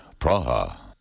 Praha